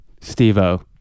Steve-o